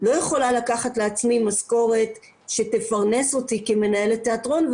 לא יכולה לקחת לעצמי משכורת שתפרנס אותי כמנהלת תיאטרון,